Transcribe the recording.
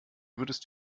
würdest